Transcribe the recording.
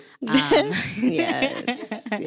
Yes